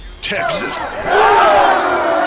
Texas